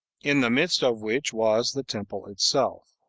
in the midst of which was the temple itself.